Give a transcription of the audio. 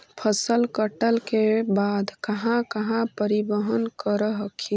फसल कटल के बाद कहा कहा परिबहन कर हखिन?